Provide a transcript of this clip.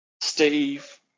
Steve